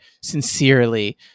sincerely